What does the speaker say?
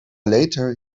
later